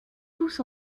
tous